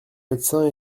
médecin